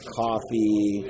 coffee